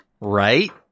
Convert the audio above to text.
Right